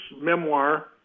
memoir